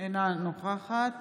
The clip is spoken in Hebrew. אינה נוכחת